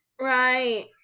Right